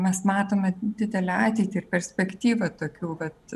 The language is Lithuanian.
mes matome didelę ateitį ir perspektyvą tokių vat